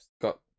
got